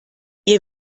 ihr